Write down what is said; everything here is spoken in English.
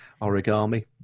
Origami